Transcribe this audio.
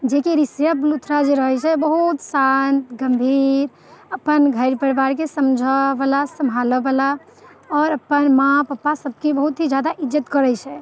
जेकि ऋषभ लूथरा जे रहै से बहुत शान्त गम्भीर अपन घर परिवारके समझैवला सम्भालैवला आओर अपन माँ पप्पा सभके बहुत ही ज्यादा इज्जत करैत छै